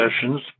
sessions